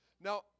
Now